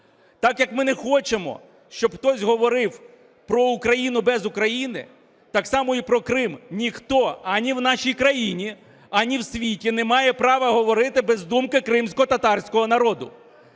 Так як ми не хочемо, щоб хтось говорив про Україну без України, так само і про Крим ніхто ані в нашій країні, ані в світі не має права говорити без думки кримськотатарського народу.